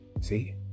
see